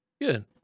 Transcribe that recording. good